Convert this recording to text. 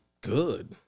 good